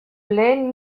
lehen